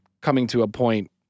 coming-to-a-point